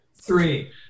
three